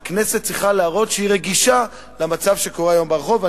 שהכנסת צריכה להראות שהיא רגישה למה שקורה היום ברחוב,